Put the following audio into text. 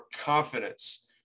confidence